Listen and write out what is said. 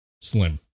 slim